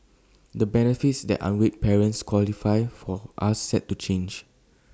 the benefits that unwed parents qualify for are set to change